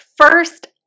first